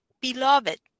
Beloved